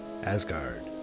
Asgard